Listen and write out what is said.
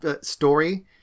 story